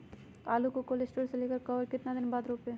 आलु को cold store से ले के कब और कितना दिन बाद रोपे?